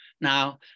Now